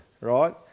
right